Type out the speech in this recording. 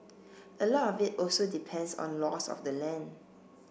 a lot of it also depends on laws of the land